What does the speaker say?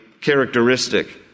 characteristic